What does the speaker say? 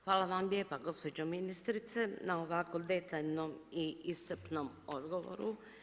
Hvala vam lijepa gospođo ministrice na ovakvom detaljnom i iscrpnom odgovoru.